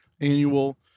annual